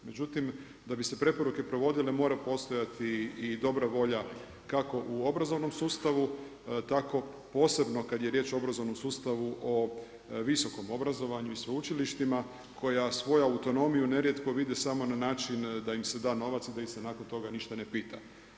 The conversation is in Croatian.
Međutim, da bi se preporuke provodile, mora postojati i dobra volja kako u obrazovnom sustavu, tako posebno kad je riječ o obrazovnom sustavu, o visokom obrazovanju i sveučilištima, koja svoja autonomija nerijetko vide samo na način da im se da novac, da ih se nakon toga ništa ne pita.